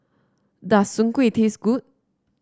does Soon Kway taste good